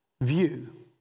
view